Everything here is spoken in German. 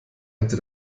hätte